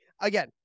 again